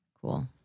Cool